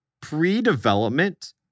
pre-development